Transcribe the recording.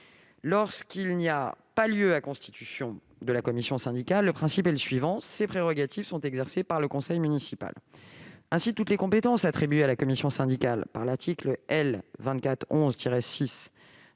Lorsqu'il n'y a pas lieu à constitution de la commission syndicale, le principe est le suivant : ses prérogatives sont exercées par le conseil municipal. Ainsi, toutes les compétences attribuées à la commission syndicale par l'article L. 2411-6